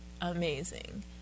amazing